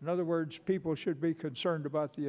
in other words people should be concerned about the